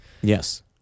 Yes